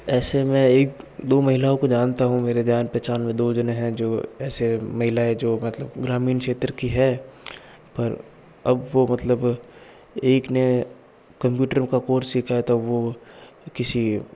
ऐसे मैं एक दो महिलाओं को जानता हूँ मेरे ध्यान पहचान में दो जने है जो ऐसे महिलायें जो मतलब ग्रामीण क्षेत्र की है पर अब वो मतलब एक ने कंप्यूटर का कोर्स सीखा था वो किसी